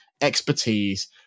expertise